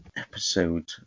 Episode